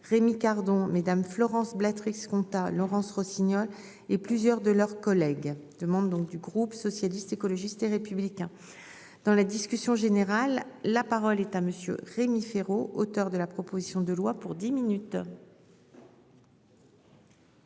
Rémi Cardon Mesdames Florence Blétry ce compta Laurence Rossignol et plusieurs de leurs collègues de monde donc du groupe socialiste, écologiste et républicain. Dans la discussion générale. La parole est à monsieur Rémi Féraud, auteur de la proposition de loi pour 10 minutes.